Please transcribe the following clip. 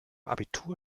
abitur